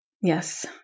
Yes